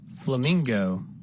Flamingo